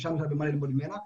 שאפשר ללמוד ממנה,